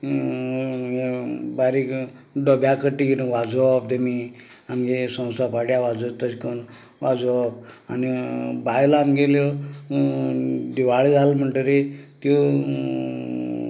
बारीक डब्या कट्टी घेवन वाजोवप तांणी आमच्या संवसार पाडव्या वाजयता तशें करून वाजोवप आनी बायलां आमच्यो दिवाळी जाली म्हणटकच त्यो